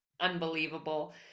unbelievable